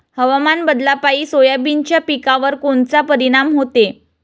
हवामान बदलापायी सोयाबीनच्या पिकावर कोनचा परिणाम होते?